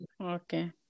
Okay